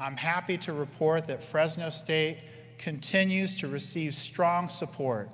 i'm happy to report that fresno state continues to receive strong support